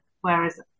whereas